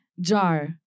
Jar